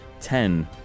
ten